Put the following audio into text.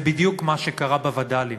זה בדיוק מה שקרה בווד"לים,